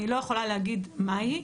אני לא יכולה להגיד מה היא,